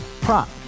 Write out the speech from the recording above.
Prop